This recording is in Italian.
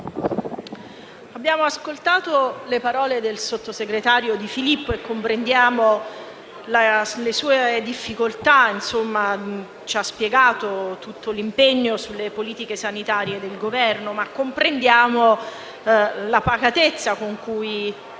abbiamo ascoltato le parole del sottogretario De Filippo e comprendiamo le sue difficoltà. Ci ha spiegato l'impegno del Governo sulle politiche sanitarie, ma comprendiamo la pacatezza con cui